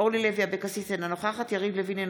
אורלי לוי אבקסיס, אינה נוכחת יריב לוין,